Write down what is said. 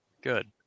Good